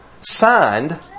signed